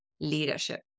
leadership